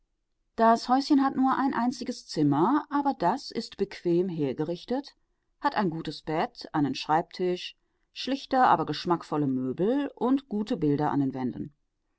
das häuschen hat nur ein einziges zimmer aber das ist bequem hergerichtet hat ein gutes bett einen schreibtisch schlichte aber geschmackvolle möbel und gute bilder an den wänden